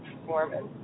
performance